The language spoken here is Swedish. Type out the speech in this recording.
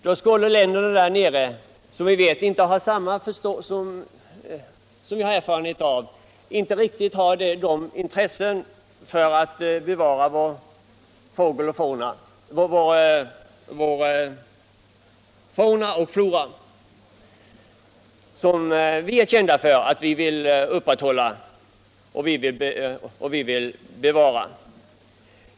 Då skulle vi nämligen också påverka jakten i andra Nordsjöländer, som vi erfarenhetsmässigt vet inte har riktigt samma intresse som vi är kända för att ha när det gäller att bevara fauna och flora.